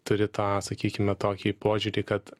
turi tą sakykime tokį požiūrį kad